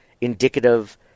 indicative